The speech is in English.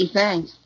thanks